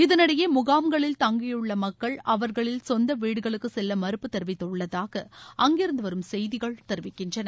இதனிடையே முகாம்களில் தங்கியுள்ள மக்கள் அவர்களில் சொந்த வீடுகளுக்கு செல்ல மறுப்பு தெரிவித்துள்ளதாக அங்கிருந்து வரும் செய்திகள் தெரிவிக்கின்றன